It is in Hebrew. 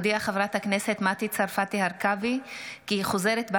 הודיעה חברת הכנסת מטי צרפתי הרכבי כי היא חוזרת בה